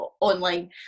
online